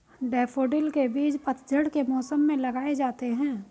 daffodil के बीज पतझड़ के मौसम में लगाए जाते हैं